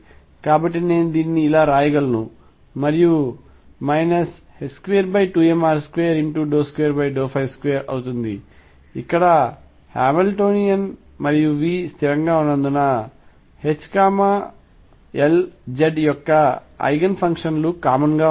కాబట్టి నేను దీన్ని ఇలా వ్రాయగలను మరియు ఇది 22mr222 అవుతుంది ఇక్కడ హామిల్టోనియన్ మరియు V స్థిరంగా ఉన్నందున H మరియు Lz యొక్క ఐగెన్ ఫంక్షన్లు కామన్ గా ఉంటాయి